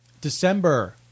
December